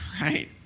Right